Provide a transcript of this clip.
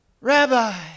Rabbi